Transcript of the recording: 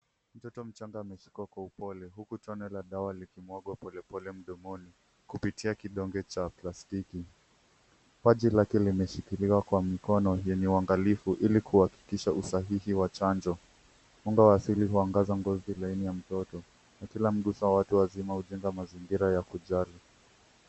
Mtoto mchanga ameshikwa kwa upole. Huku tone la dawa likimwagwa polepole mdomoni kupitia kidonge cha plastiki. Paji lake limeshikiliwa kwa mikono yenye uangalifu ili kuhakikisha usahihi wa chanjo. Mwanga wa asili huangaza ngozi laini ya mtoto na kila mgusa watu wazima hujenga mazingira ya kujali.